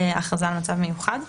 הכרזה על מצב מיוחד.